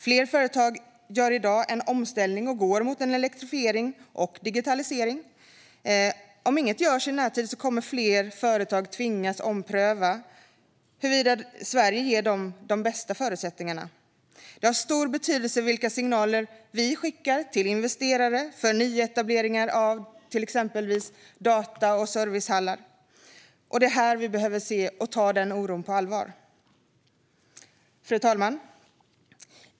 Fler företag gör i dag en omställning och går mot en elektrifiering och digitalisering. Om inget görs i närtid kommer fler företag att tvingas ompröva huruvida Sverige ger dem de bästa förutsättningarna. Det har stor betydelse vilka signaler vi skickar till investerare gällande nyetableringar av exempelvis data och serverhallar. Vi behöver se och ta den oron på allvar. Fru talman!